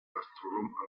astronome